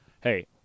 hey